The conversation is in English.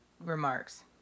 remarks